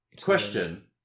Question